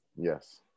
Yes